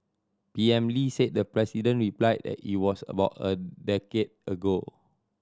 P M Lee said the president replied that it was about a decade ago